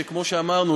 שכמו שאמרנו,